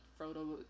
Frodo